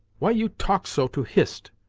why you talk so to hist!